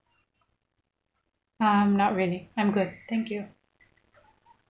um not really I'm good thank you